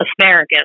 asparagus